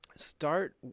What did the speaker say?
start